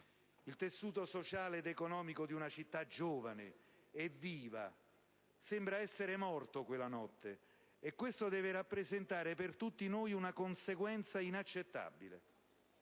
Il tessuto sociale ed economico di una città giovane e viva sembra essere morto quella notte, e questo deve rappresentare per tutti una conseguenza inaccettabile.